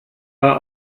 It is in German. war